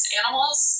animals